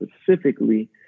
specifically